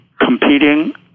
competing